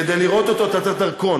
כדי לראות אותו אתה צריך דרכון.